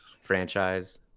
Franchise